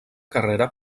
carrera